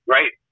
Right